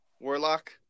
Warlock